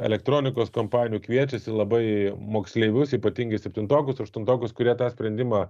elektronikos kompanijų kviečiasi labai moksleivius ypatingi septintokus aštuntokus kurie tą sprendimą